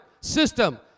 system